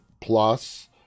Plus